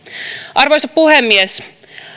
arvoisa puhemies